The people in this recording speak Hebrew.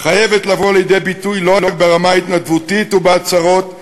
חייבת לבוא לידי ביטוי לא רק ברמה ההתנדבותית ובהצהרות,